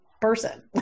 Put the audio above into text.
person